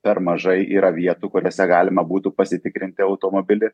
per mažai yra vietų kuriose galima būtų pasitikrinti automobilį